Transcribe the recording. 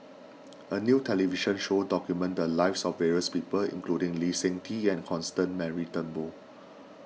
a new television show documented the lives of various people including Lee Seng Tee and Constance Mary Turnbull